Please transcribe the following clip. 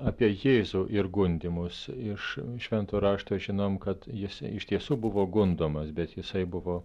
apie jėzų ir gundymus iš švento rašto žinom kad jis iš tiesų buvo gundomas bet jisai buvo